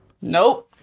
Nope